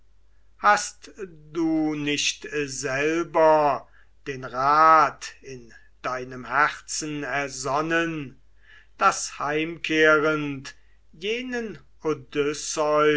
hast du nicht selber den rat in deinem herzen ersonnen daß heimkehrend jenen